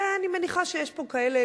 ואני מניחה שיש פה כאלה,